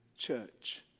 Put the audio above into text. church